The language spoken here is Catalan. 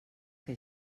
que